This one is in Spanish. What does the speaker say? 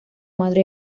madre